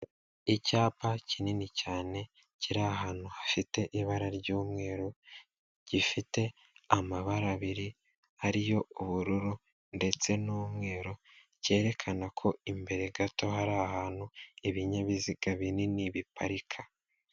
Icyapa kinini cyane kiri ahantu hafite ibara ry'umweru gifite amabara abiri ariyo ubururu ndetse n'umweru, cyerekana ko imbere gato hari ahantu ibinyabiziga binini biparika.